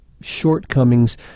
shortcomings